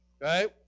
right